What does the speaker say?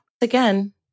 Again